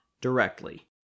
directly